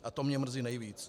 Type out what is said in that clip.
A to mě mrzí nejvíc.